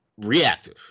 reactive